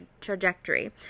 trajectory